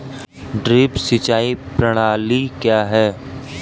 Drip सिंचाई प्रणाली क्या है?